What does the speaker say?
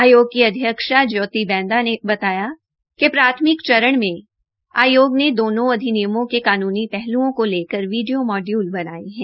आयोग की अध्यक्षा ज्योति बैंदा ने बताया कि प्राथमिक चरण मे आयोग ने दोनों अधिनियमों के कानूनी पहलूओं को लेकर वीडियो मॉड्यूल बनाये है